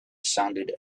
sounded